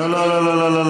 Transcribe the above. לא לא לא,